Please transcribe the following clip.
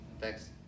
Thanks